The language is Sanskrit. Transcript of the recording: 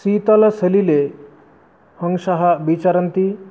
शीतलसलिले हंसाः विचरन्ति